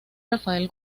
rafael